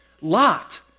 Lot